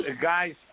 guys